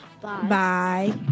Bye